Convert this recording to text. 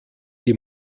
die